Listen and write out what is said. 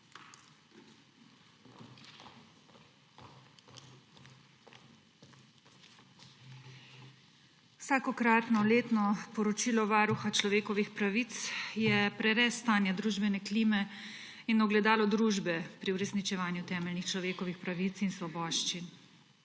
Vsakokratno letno poročilo Varuha človekovih pravic je prerez stanja družbene klime in ogledalo družbe pri uresničevanju temeljnih človekovih pravic in svoboščin.